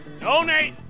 Donate